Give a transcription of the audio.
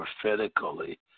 prophetically